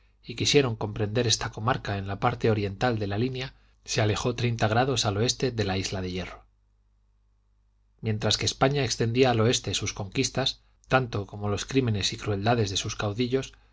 y quisieron comprender esta comarca en la parte oriental de la línea se alejó treinta grados al oeste de la isla de hierro vi mientras que españa extendía al oeste sus conquistas tanto como los crímenes y crueldades de sus caudillos